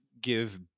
give